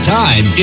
time